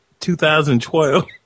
2012